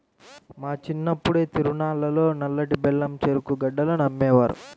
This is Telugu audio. మా చిన్నప్పుడు తిరునాళ్ళల్లో నల్లటి బెల్లం చెరుకు గడలను అమ్మేవారు